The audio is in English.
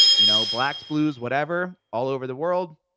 you know, blacks, blues, whatever, all over the world.